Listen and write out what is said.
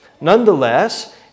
Nonetheless